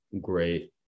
great